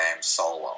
Solo